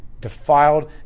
defiled